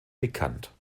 bekannt